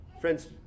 Friends